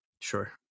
sure